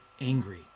angry